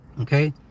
okay